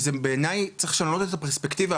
וזה בעיני צריך לשנות את הפרספקטיבה,